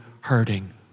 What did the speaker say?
hurting